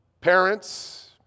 parents